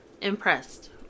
impressed